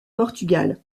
portugal